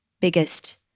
biggest